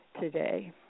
today